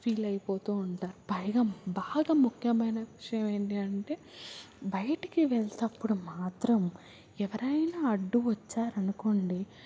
feel అయిపోతూ ఉంటారు పైగా బాగా ముఖ్యమైన విషయం ఏంటి అంటే బయటికి వెళ్ళేటప్పుడు మాత్రం ఎవరైనా అడ్డు వచ్చారనుకోండి